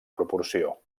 proporció